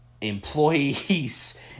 employees